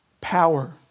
power